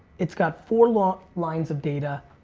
it's got four long lines of data,